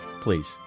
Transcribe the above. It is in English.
Please